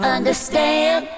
Understand